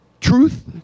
Truth